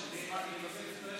נגיף קורונה החדש),